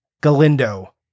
Galindo